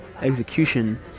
execution